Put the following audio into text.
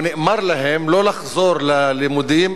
או שנאמר להם לא לחזור ללימודים,